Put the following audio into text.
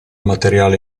materiale